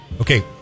Okay